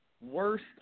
Worst